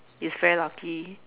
is very lucky